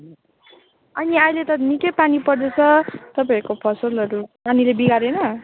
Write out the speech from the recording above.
अनि अहिले त निकै पानी पर्दैछ तपाईँहरूको फसलहरू पानीले बिगारेन